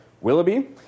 Willoughby